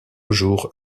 jours